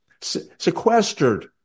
sequestered